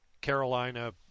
Carolina